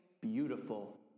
beautiful